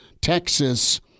Texas